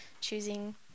choosing